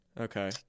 Okay